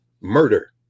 murder